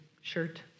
shirt